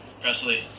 Presley